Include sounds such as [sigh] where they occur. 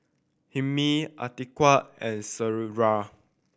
Hilmi Atiqah and [unintelligible]